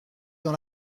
dans